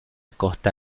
costa